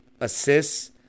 assists